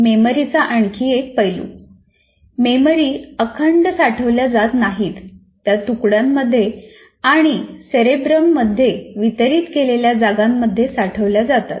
मेमरीचा आणखी एक पैलू मेमरी अखंड साठवल्या जात नाहीत त्या तुकड्यांमध्ये आणि सेरेब्रममध्ये वितरीत केलेल्या जागांमध्ये साठवल्या जातात